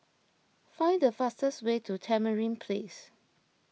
find the fastest way to Tamarind Place